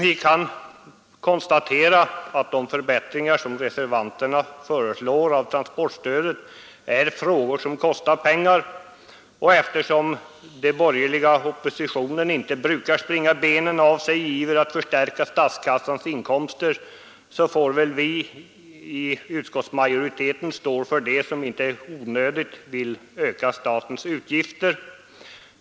Vi kan konstatera att de förbättringar av transportstödet som reservanterna föreslår kostar pengar, och eftersom den borgerliga oppositionen inte brukar springa benen av sig i iver att förstärka statskassans inkomster, får väl vi inom utskottsmajoriteten stå för dem som inte i onödan vill öka statens utgifter.